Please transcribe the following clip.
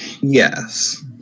Yes